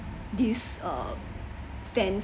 this uh